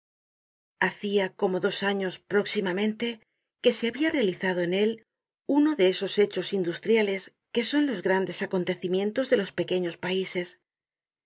hacia como dos años próximamente que se habia realizado en él uno de esos hechos industriales que son los grandes acontecimientos de los pequeños paises